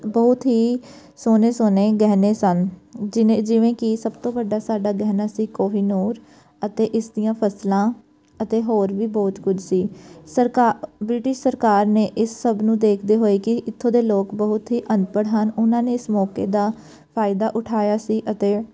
ਬਹੁਤ ਹੀ ਸੋਹਣੇ ਸੋਹਣੇ ਗਹਿਣੇ ਸਨ ਜਿਹਨੇ ਜਿਵੇਂ ਕਿ ਸਭ ਤੋਂ ਵੱਡਾ ਸਾਡਾ ਗਹਿਣਾ ਸੀ ਕੋਹਿਨੂਰ ਅਤੇ ਇਸ ਦੀਆਂ ਫਸਲਾਂ ਅਤੇ ਹੋਰ ਵੀ ਬਹੁਤ ਕੁਝ ਸੀ ਸਰਕਾ ਬ੍ਰਿਟਿਸ਼ ਸਰਕਾਰ ਨੇ ਇਸ ਸਭ ਨੂੰ ਦੇਖਦੇ ਹੋਏ ਕਿ ਇਥੋਂ ਦੇ ਲੋਕ ਬਹੁਤ ਹੀ ਅਨਪੜ੍ਹ ਹਨ ਉਹਨਾਂ ਨੇ ਇਸ ਮੌਕੇ ਦਾ ਫ਼ਾਇਦਾ ਉਠਾਇਆ ਸੀ ਅਤੇ